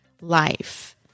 life